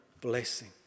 blessing